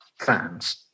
fans